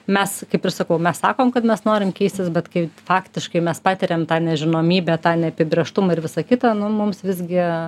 mes kaip ir sakau mes sakom kad mes norim keistis bet kai faktiškai mes patiriam tą nežinomybę tą neapibrėžtumą ir visa kita nu mums visgi